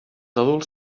adults